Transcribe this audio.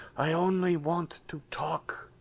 i only want to talk.